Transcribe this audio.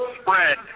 spread